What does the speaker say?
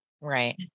Right